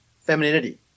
femininity